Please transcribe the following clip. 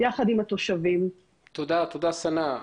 הבתים שלהם.